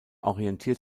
orientiert